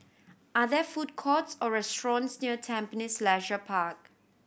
are there food courts or restaurants near Tampines Leisure Park